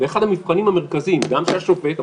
לאחד המבחנים המרכזיים גם של השופט,